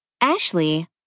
Ashley